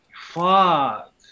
Fuck